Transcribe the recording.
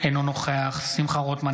אינו נוכח שמחה רוטמן,